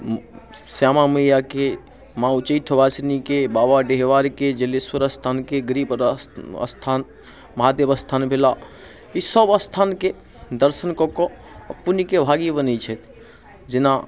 श्यामा मैयाके माँ उच्चैठ वासिनीके बाबा डीहवारके जलेश्वर स्थानके गृहपदा स्थान महादेव स्थान भेलाह ईसभ स्थानके दर्शन कऽ कऽ पुण्यके भागी बनैत छथि जेना